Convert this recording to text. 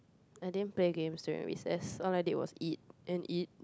I didn't play games during recess all I did was eat and eat